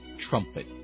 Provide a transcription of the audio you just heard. trumpet